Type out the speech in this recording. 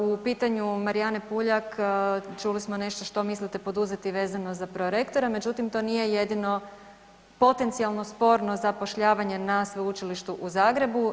U pitanju Marijane PUljak čuli smo nešto što mislite poduzeti vezano za prorektora, međutim to nije jedino potencijalno sporno zapošljavanje na Sveučilištu u Zagrebu.